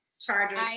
Chargers